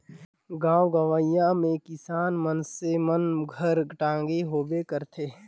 गाँव गंवई मे किसान मइनसे मन घर टागी होबे करथे